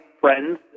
friends